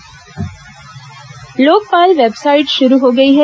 Lokpal website Lokpal website शुरू हो गई है